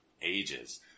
ages